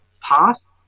path